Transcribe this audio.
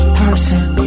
person